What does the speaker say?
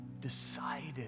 decided